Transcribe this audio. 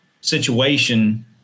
situation